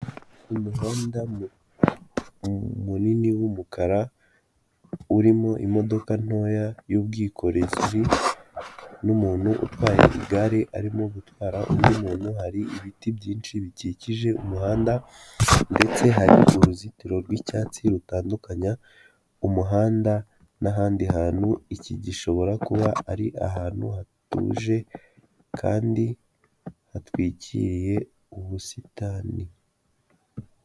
Umuhanda munini w'umukara urimo imodoka ntoya y'ubwikoreziri n'umuntu utwaye igare arimo gutwara undi muntu. Hari ibiti byinshi bikikije umuhanda ndetse hari uruzitiro rw'icyatsi rutandukanya umuhanda n'ahandi hantu iki gishobora kuba ari ahantu hatuje kandi hatwikiriye ubusitani.